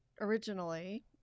originally